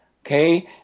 Okay